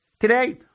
today